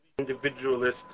individualist